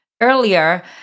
earlier